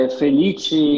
felici